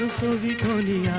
the county